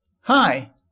Hi